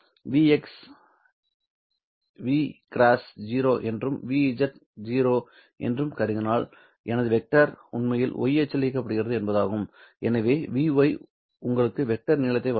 Vx 0 என்றும் vz 0 என்றும் நான் கருதினால் எனது வெக்டர் உண்மையில் y அச்சில் இயக்கப்படுகிறது என்பதாகும் பின்னர் vy உங்களுக்கு வெக்டர் நீளத்தை வழங்கும்